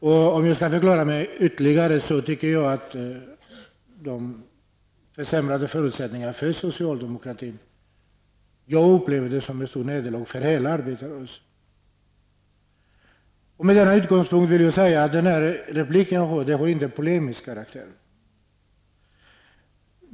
Och om jag skall förklara mig ytterligare upplever jag de försämrade förutsättningarna för socialdemokratin som ett stort nederlag för hela arbetarrörelsen. Med denna utgångspunkt vill jag säga att denna replik inte har polemisk karaktär.